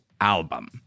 album